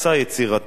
יצירתי,